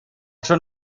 schon